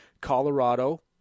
Colorado